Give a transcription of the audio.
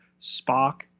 Spock